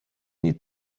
need